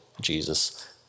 Jesus